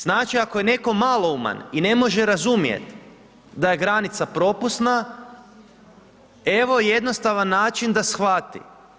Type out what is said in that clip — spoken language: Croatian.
Znači, ako je netko malouman i ne može razumjeti da je granica propusna, evo jednostavan način da shvati.